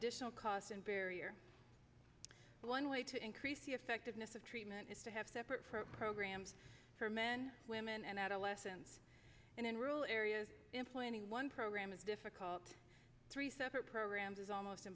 additional cost and barrier one way to increase the effectiveness of treatment is to have separate for programs for men women and adolescents and in rural areas employ any one program is difficult three separate programs is almost